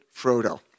Frodo